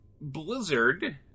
Blizzard